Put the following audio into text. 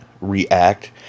react